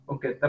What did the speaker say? Okay